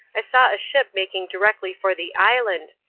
i saw a ship making directly for the island,